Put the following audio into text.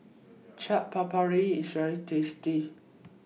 Chaat Papri IS very tasty